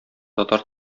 татар